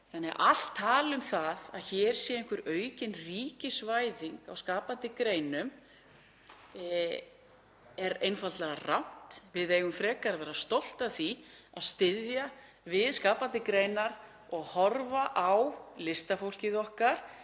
listamenn. Allt tal um það að hér sé einhver aukin ríkisvæðing í skapandi greinum er einfaldlega rangt. Við eigum frekar að vera stolt af því að styðja við skapandi greinar og horfa á listafólkið okkar